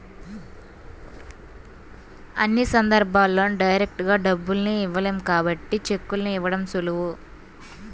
అన్ని సందర్భాల్లోనూ డైరెక్టుగా డబ్బుల్ని ఇవ్వలేం కాబట్టి చెక్కుల్ని ఇవ్వడం సులువు